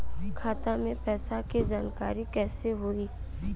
खाता मे पैसा के जानकारी कइसे होई?